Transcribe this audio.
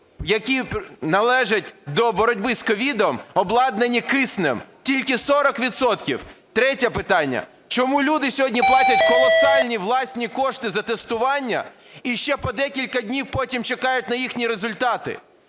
які належать до боротьби з COVID, обладнані киснем, тільки 40 відсотків? Третє питання. Чому люди сьогодні платять колосальні власні кошти за тестування і ще по декілька днів потім чекають на їхні результати?